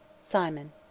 Simon